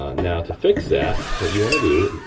ah now to fix that what you wanna do,